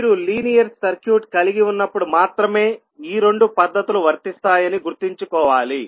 మీరు linear circuit కలిగి ఉన్నప్పుడు మాత్రమే ఈ రెండు పద్ధతులు వర్తిస్తాయని గుర్తుంచుకోవాలి